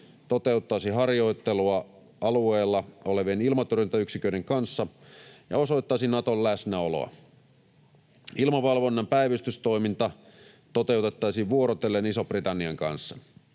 toteuttaisi harjoittelua alueella olevien ilmatorjuntayksiköiden kanssa ja osoittaisi Naton läsnäoloa. Ilmavalvonnan päivystystoiminta toteutettaisiin vuorotellen Ison-Britannian kanssa.